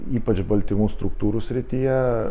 ypač baltymų struktūrų srityje